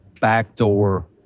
backdoor